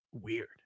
weird